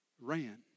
ran